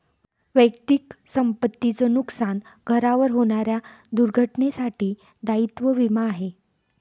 वैयक्तिक संपत्ती च नुकसान, घरावर होणाऱ्या दुर्घटनेंसाठी दायित्व विमा आहे